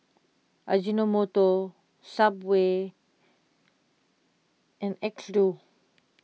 Ajinomoto Subway and Xndo